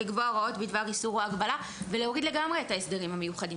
לקבוע הוראות בדבר איסור או הגבלה ולהוריד לגמרי את ההסדרים המיוחדים.